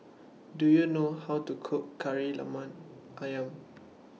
Do YOU know How to Cook Kari Lemak Ayam